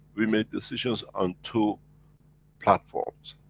we made decisions on two platforms,